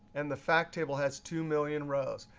and the fact table has two million rows.